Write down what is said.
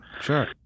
sure